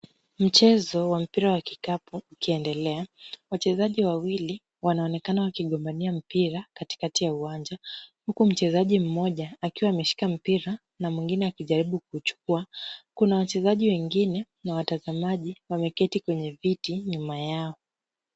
Mchezo wa mpira wa kikapu ukiendelea. Wachezaji wawili wanaonekana wakigombania mpira katikati ya uwanja, huku mchezaji mmoja akiwa ameshika mpira na mwingine akijaribu kuuchukua. Kuna wachezaji wengine na watazamaji wameketi kwenye viti nyuma yao.